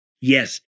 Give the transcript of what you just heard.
Yes